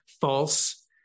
false